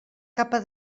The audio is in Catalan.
capa